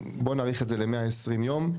בואו נאריך את זה ל-120 יום.